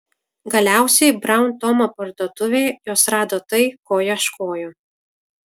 galiausiai braun tomo parduotuvėje jos rado tai ko ieškojo